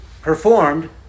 performed